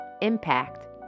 impact